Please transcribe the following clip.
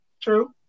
True